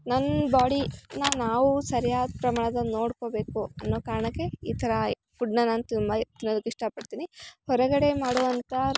ನನ್ನ ಬಾಡಿ ನ ನಾವು ಸರಿಯಾದ ಪ್ರಮಾಣದಲ್ಲಿ ನೋಡಿಕೋಬೇಕು ಅನ್ನೋ ಕಾರಣಕ್ಕೆ ಈಥರ ಫುಡ್ನ ನಾನು ತುಂಬ ತಿನ್ನೋದಿಕ್ಕೆ ಇಷ್ಟ ಪಡ್ತೀನಿ ಹೊರಗಡೆ ಮಾಡೋವಂಥ